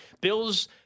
bills